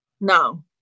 No